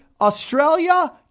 Australia